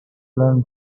learn